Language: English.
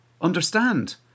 understand